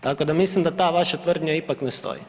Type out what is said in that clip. Tako da mislim da ta vaša tvrdnja ipak ne stoji.